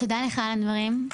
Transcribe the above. תודה לך על הדברים.